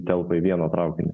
telpa į vieną traukinį